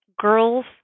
Girls